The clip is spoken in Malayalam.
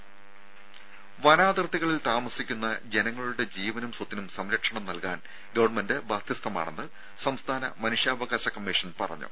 രും വനാതിർത്തികളിൽ താമസിക്കുന്ന ജനങ്ങളുടെ ജീവനും സ്വത്തിനും സംരക്ഷണം നൽകാൻ ഗവൺമെന്റ് ബാധ്യസ്ഥരാണെന്ന് സംസ്ഥാന മനുഷ്യാവകാശ കമ്മീഷൻ പറഞ്ഞു